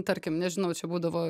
tarkim nežinau čia būdavo